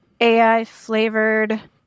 AI-flavored